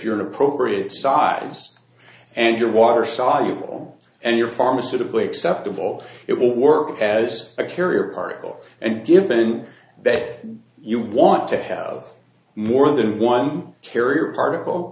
you're an appropriate size and your water soluble and your pharmaceutical acceptable it will work as a carrier particle and given that you want to have more than one carrier particle